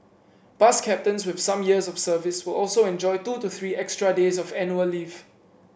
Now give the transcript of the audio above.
bus captains with some years of service will also enjoy two to three extra days of annual leave